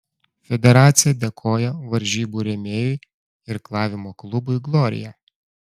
federacija dėkoja varžybų rėmėjui irklavimo klubui glorija